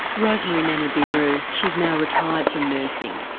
rosemary namubiru. she's now retired from nursing.